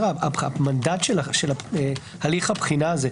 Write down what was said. המנדט של הליך הבחינה הזה,